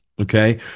okay